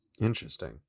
Interesting